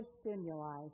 stimuli